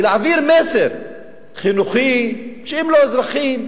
ולהעביר מסר חינוכי שהם לא אזרחים,